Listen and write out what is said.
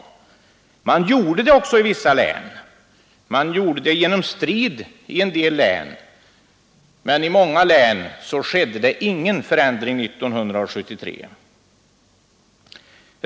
Man gjorde det också i vissa län, man gjorde det genom strid i en del län, men i många län skedde det ingen förändring 1973.